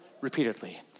repeatedly